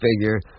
figure